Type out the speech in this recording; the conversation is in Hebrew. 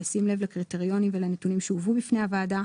בשים לב לקריטריונים ולנתונים שהובאו בפני הוועדה,